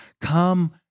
come